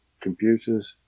computers